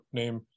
name